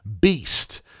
Beast